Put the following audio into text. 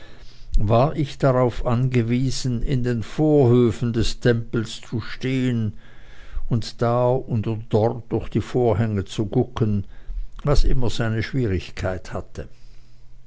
war ich darauf angewiesen in den vorhöfen des tempels zu stehen und da oder dort durch die vorhänge zu gucken was immer seine schwierigkeit hatte